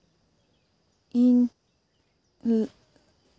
ᱤᱧ